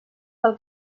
pel